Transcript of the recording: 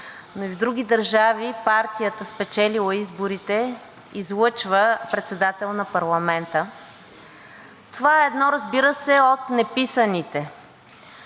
но и в други държави партията, която е спечелила изборите, излъчва председател на парламента. Това, разбира се, е едно от неписаните,